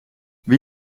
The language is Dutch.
wie